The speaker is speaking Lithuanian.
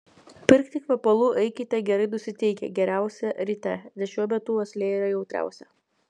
pirkti kvepalų eikite gerai nusiteikę geriausia ryte nes šiuo metu uoslė yra jautriausia